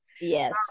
yes